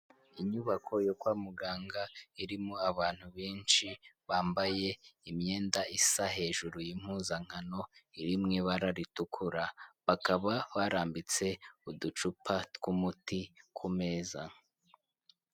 Inyubako yo kwa muganga irimo abantu benshi bambaye imyenda isa hejuru y'impuzankano iri mu ibara ritukura, bakaba barambitse uducupa tw'umuti ku meza.